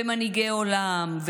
ומנהיגי עולם,